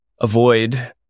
avoid